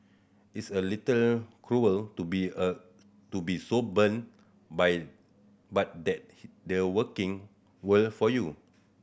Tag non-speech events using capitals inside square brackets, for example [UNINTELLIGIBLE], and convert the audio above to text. it's a little cruel to be a to be so [UNINTELLIGIBLE] but that the working world for you